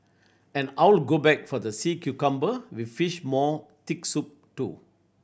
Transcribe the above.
and I'll go back for the sea cucumber with fish maw thick soup too